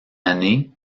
année